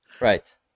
right